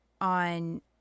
on